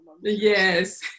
Yes